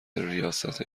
ریاست